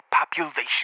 Population